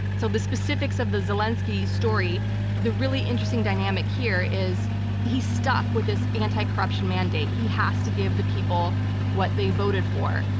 so the specifics of the zelensky story the really interesting dynamic here is he's stuck with this anti-corruption mandate. he has to give the people what they voted for.